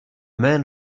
men